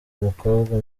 umukobwa